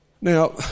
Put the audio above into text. Now